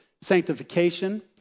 sanctification